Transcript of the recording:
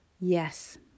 Yes